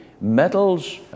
metals